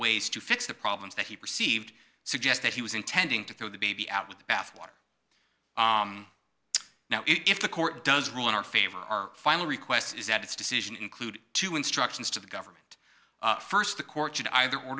ways to fix the problems that he perceived suggest that he was intending to throw the baby out with the bathwater now if the court does rule in our favor our final request is that its decision include two instructions to the government st the court should either o